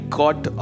got